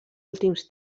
últims